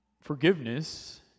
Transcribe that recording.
forgiveness